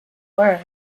word